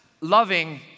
loving